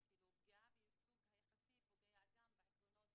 פגיעה בייצוג היחסי פוגעת גם בעקרונות